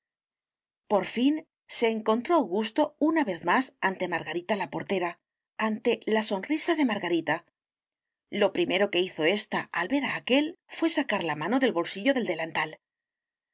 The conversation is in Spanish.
por fin se encontró augusto una vez más ante margarita la portera ante la sonrisa de margarita lo primero que hizo ésta al ver a aquél fué sacar la mano del bolsillo del delantal